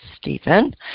Stephen